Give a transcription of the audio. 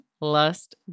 lust